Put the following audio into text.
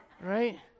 Right